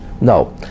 No